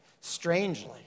Strangely